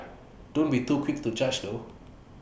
don't be too quick to judge though